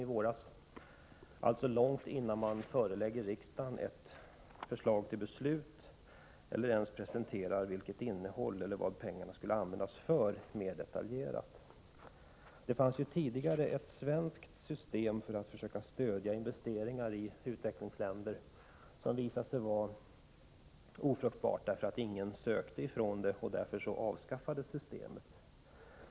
Det skedde alltså långt innan man förelade riksdagen ett förslag till beslut eller ens mer detaljerat angav vad pengarna skulle användas till. Tidigare fanns ett svenskt system för att försöka stödja investeringar i utvecklingsländer. Det visade sig vara ofruktbart eftersom ingen sökte medel genom det. Därför avskaffades systemet.